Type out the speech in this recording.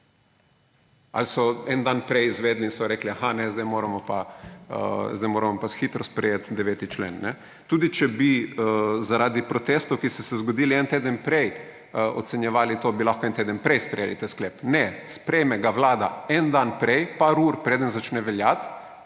Ali so en dan prej izvedeli in so rekli – Aha, zdaj moramo pa hitro sprejeti 9. člen?! Tudi če bi zaradi protestov, ki so se zgodili en teden prej, ocenjevali to, bi lahko en teden prej sprejeli ta sklep. Ne, sprejme ga Vlada en dan prej, nekaj ur preden začne veljati,